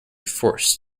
forced